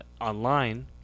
online